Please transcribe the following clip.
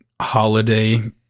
holiday